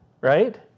right